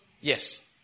Yes